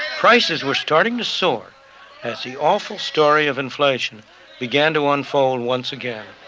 prices were starting to soar as the awful story of inflation began to unfold once again.